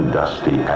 dusty